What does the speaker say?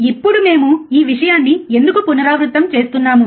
ఇప్పుడు మేము ఈ విషయాన్ని ఎందుకు పునరావృతం చేస్తున్నాము